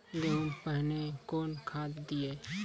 गेहूँ पहने कौन खाद दिए?